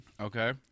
Okay